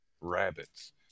rabbits